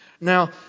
Now